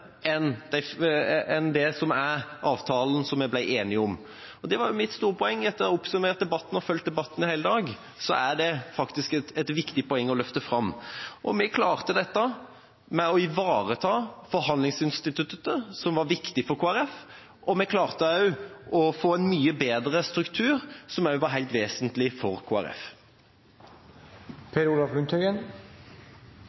mye bedre enn det som er avtalen som vi ble enige om. Det var mitt store poeng. Etter at jeg har oppsummert debatten og fulgt den i hele dag, er det faktisk et viktig poeng å løfte fram. Vi klarte dette med å ivareta forhandlingsinstituttet, som var viktig for Kristelig Folkeparti, og vi klarte å få en mye bedre struktur, som også var helt vesentlig for